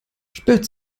sperrt